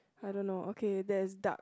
I don't know okay that is dark